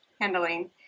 handling